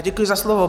Děkuji za slovo.